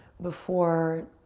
before